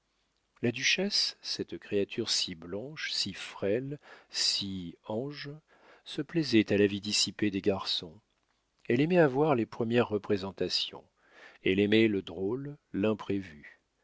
la duchesse cette créature si blanche si frêle si ange se plaisait à la vie dissipée des garçons elle aimait à voir les premières représentations elle aimait le drôle l'imprévu